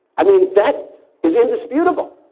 i mean, that is indisputable.